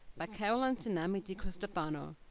by carolyn cinami decristofano.